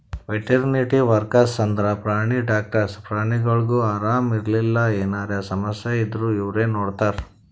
veterinary workers ಅಂದ್ರ ಪ್ರಾಣಿ doctors ಪ್ರಾಣಿಗೊಳಿಗ್ ಆರಾಮ್ ಇರ್ಲಿಲ್ಲ ಎನರೆ ಸಮಸ್ಯ ಇದ್ದೂರ್ ಇವ್ರೇ ನೋಡ್ತಾರ್